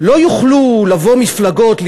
לא יוכלו לבוא מפלגות,